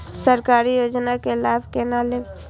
सरकारी योजना के लाभ केना लेब?